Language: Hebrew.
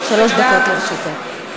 חברת הכנסת יעל כהן-פארן, בבקשה.